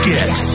Get